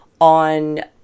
on